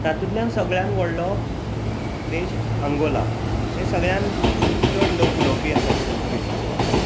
तातुंतल्यान सगळ्यांत व्हडलों देश अंगोला हे सगळ्यांत चड लोक उलोवपी आसात पुर्तुगीजीचे